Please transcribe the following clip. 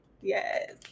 Yes